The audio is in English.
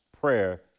prayer